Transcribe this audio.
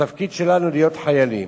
התפקיד שלנו להיות חיילים.